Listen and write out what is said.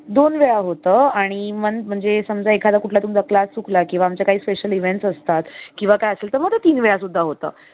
दोन वेळा होतं आणि वन म्हणजे समजा एखादा कुठला तुमचा क्लास चुकला किंवा आमचे काही स्पेशल इव्हेंट्स असतात किंवा काय असेल तर मग ते तीन वेळा सुद्धा होतं